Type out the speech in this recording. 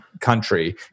country